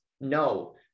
No